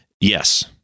Yes